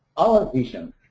our vision